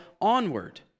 onward